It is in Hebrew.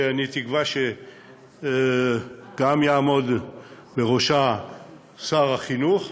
אני תקווה שיעמוד בראשה שר החינוך,